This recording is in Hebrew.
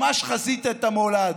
ממש חזית את הנולד.